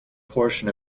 portion